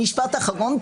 משפט אחרון.